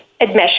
admission